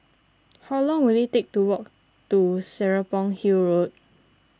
how long will it take to walk to Serapong Hill Road